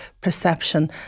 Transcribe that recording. perception